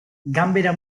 ganbera